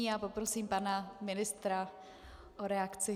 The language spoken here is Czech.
Já poprosím pana ministra o reakci.